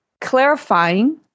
clarifying